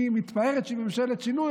היא מתפארת שהיא ממשלת שינוי,